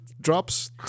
drops